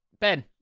Ben